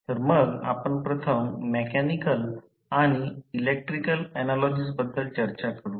तर मग आपण प्रथम मेकॅनिकल आणि इलेक्ट्रिकल ऍनालॉजीस बद्दल चर्चा करू